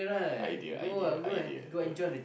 idea idea idea